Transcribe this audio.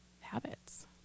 habits